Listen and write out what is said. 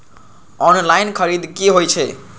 Online खरीद की होए छै?